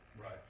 right